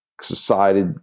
society